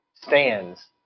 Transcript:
stands